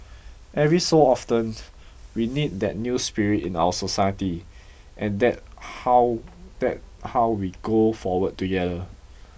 every so often we need that new spirit in our society and that how that how we go forward together